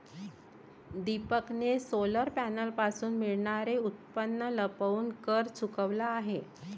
दीपकने सोलर पॅनलपासून मिळणारे उत्पन्न लपवून कर चुकवला आहे